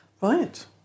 Right